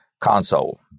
console